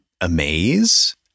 amaze